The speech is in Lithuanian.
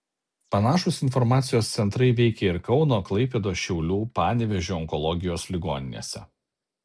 panašūs informacijos centrai veikė ir kauno klaipėdos šiaulių panevėžio onkologijos ligoninėse